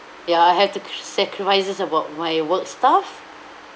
ya I have to sacrifices about my work stuff